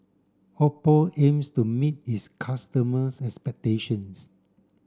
Oppo aims to meet its customers' expectations